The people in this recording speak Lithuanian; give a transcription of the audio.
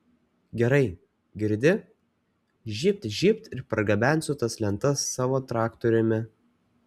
gerai girdi žybt žybt ir pargabensiu tas lentas savo traktoriumi